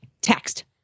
text